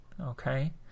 Okay